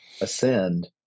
ascend